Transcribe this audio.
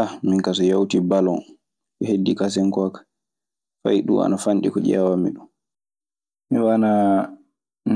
A min ka so yalti ballon, ko heddi kasem ko ka, feyi dum ana fandi ko diewammi. Mi wanaa